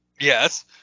yes